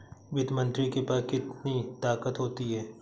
वित्त मंत्री के पास कितनी ताकत होती है?